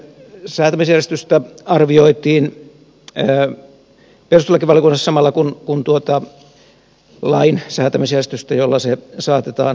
sen säätämisjärjestystä arvioitiin perustuslakivaliokunnassa samalla kun lain säätämisjärjestystä jolla se saatetaan kansallisesti voimaan